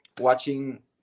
Watching